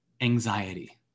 anxiety